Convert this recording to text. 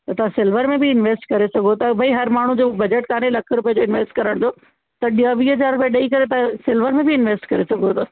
त तव्हां सिल्वर में बि इंवेस्ट करे सघो था भई हर माण्हू जो बजट कोन्हे लख रुपए जो इंवेस्ट करण जो त ॾह वीह हज़ार रुपया ॾई करे तव्हां सिल्वर में बि इंवेस्ट करे सघो था